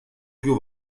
più